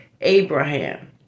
Abraham